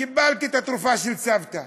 קיבלתי את התרופה של סבתא,